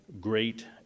great